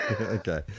Okay